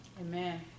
Amen